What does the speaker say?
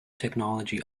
technology